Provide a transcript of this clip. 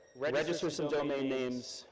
register some domain names,